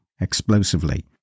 explosively